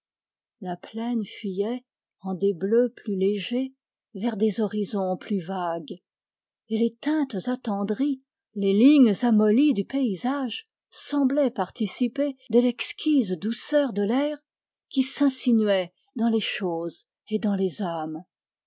la plaine fuyait en des bleus plus légers vers des horizons plus vagues et les teintes attendries les lignes amollies du paysage semblaient participer de l'exquise douceur de l'air qui s'insinuait dans les choses et dans les âmes